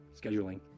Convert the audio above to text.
scheduling